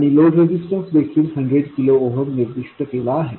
आणि load resistance देखील 100 kilo ohm निर्दिष्ट केला आहे